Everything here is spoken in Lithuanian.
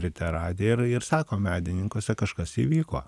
ryte radiją ir ir sako medininkuose kažkas įvyko